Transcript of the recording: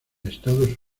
estados